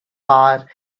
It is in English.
bar